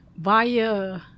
via